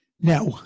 Now